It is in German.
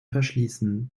verschließen